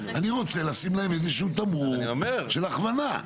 אני רוצה לשים להם פה איזשהו תמרור של הכוונה.